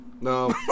No